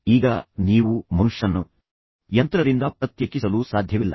ಆದ್ದರಿಂದ ಈಗ ನೀವು ಮನುಷ್ಯನನ್ನು ಯಂತ್ರದಿಂದ ಪ್ರತ್ಯೇಕಿಸಲು ಸಾಧ್ಯವಿಲ್ಲ